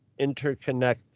interconnect